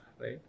right